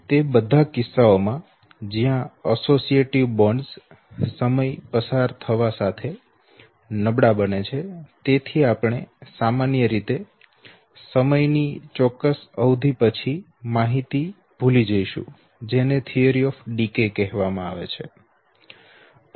તેથી તે બધા કિસ્સાઓમાં જ્યાં એસોસિએટીવ બોન્ડ્સ સમય પસાર થવા સાથે નબળા બને છે તેથી આપણે સામાન્ય રીતે સમયની ચોક્કસ અવધિ પછી માહિતી ભૂલી જઈશું જેને ડીકે થીયરી કહેવામાં આવે છે